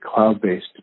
cloud-based